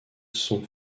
son